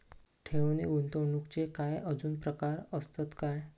ठेव नी गुंतवणूकचे काय आजुन प्रकार आसत काय?